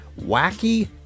wacky